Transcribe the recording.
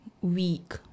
week